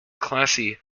classy